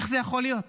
איך זה יכול להיות